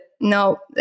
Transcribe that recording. No